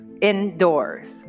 indoors